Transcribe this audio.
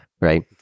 right